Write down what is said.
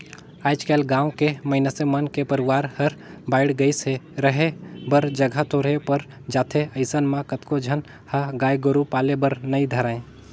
आयज कायल गाँव के मइनसे मन के परवार हर बायढ़ गईस हे, रहें बर जघा थोरहें पर जाथे अइसन म कतको झन ह गाय गोरु पाले बर नइ धरय